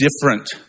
different